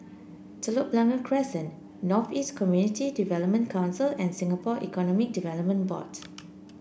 Telok Blangah Crescent North East Community Development Council and Singapore Economic Development Board